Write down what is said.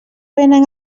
venen